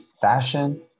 fashion